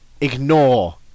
ignore